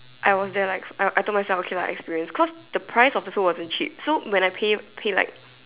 I was there like I I told myself okay lah experience cause the price of the food wasn't cheap so when I pay pay like